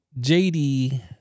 JD